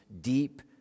deep